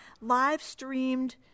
live-streamed